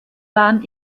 waren